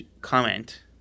comment